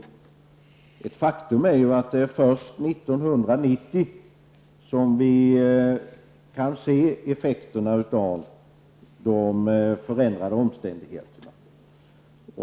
Det är ett faktum att vi först år 1990 kan se effekterna av de förändrade omständigheterna.